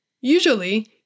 Usually